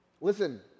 listen